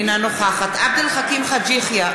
אינה נוכחת עבד אל חכים חאג' יחיא,